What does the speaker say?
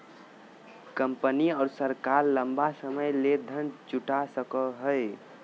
company और सरकार लंबा समय ले धन जुटा सको हइ